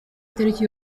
itariki